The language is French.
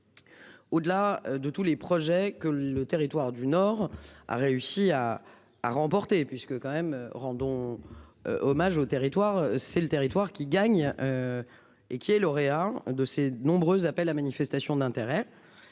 Au-delà de tous les projets que le Territoire du Nord a réussi à, à remporter puisque quand même rendons. Hommage au territoire c'est le territoire qui gagne. Et qui est lauréat de ses nombreux appels à manifestation d'intérêt